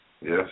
Yes